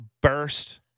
burst